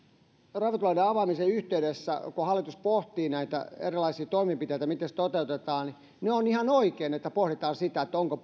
ravintoloiden avaamisen yhteydessä kun hallitus pohtii näitä erilaisia toimenpeiteitä miten se toteutetaan on ihan oikein että pohditaan sitä ovatko